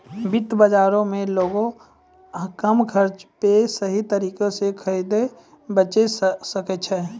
वित्त बजारो मे लोगें कम खर्चा पे सही तरिका से खरीदे बेचै सकै छै